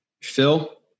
Phil